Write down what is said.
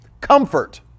comfort